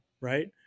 right